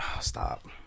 Stop